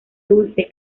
dulce